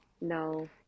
No